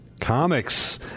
Comics